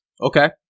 Okay